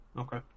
Okay